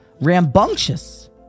rambunctious